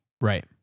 Right